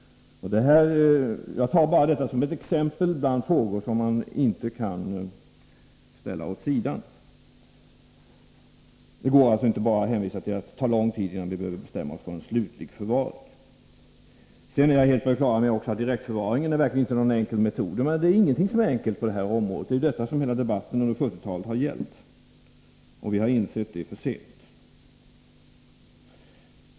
Jag tar bara detta som ett exempel på frågor som man inte kan ställa åt sidan. Det går alltså inte att bara hänvisa till att det tar lång tid innan vi behöver bestämma oss för en slutlig förvaring. Sedan är jag också helt på det klara med att direktförvaringen verkligen inte är någon enkel metod. Ingenting är enkelt på det här området. Det är detta som hela debatten under 1970-talet har gällt, och vi har insett det för sent.